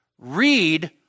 Read